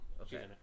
okay